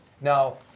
Now